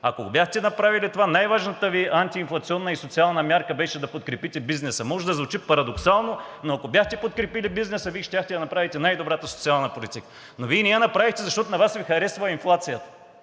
го бяхте направили това, най-важната Ви антиинфлационна и социална мярка беше да подкрепите бизнеса. Може да звучи парадоксално, но ако бяхте подкрепили бизнеса, Вие щяхте да направите най-добрата социална политика. Но Вие не я направихте, защото на Вас Ви харесва инфлацията.